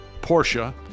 Porsche